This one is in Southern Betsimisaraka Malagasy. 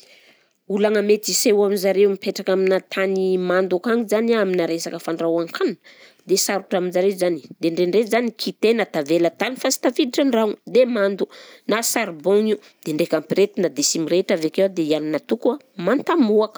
Olagna mety hiseho am'zareo mipetraka aminà tany mando akagny zany a aminà resaka fandrahoan-kanina, dia sarotra amin'jareo zany, dia indraindray zany kitaina tavela tany fa sy tafiditra an-dragno dia mando na saribon io dia ndraika ampirehetina dia sy mirehitra avy akeo dia i hanina atoko a manta mohaka.